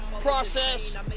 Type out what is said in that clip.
process